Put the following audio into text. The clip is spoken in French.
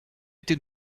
été